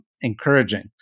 encouraging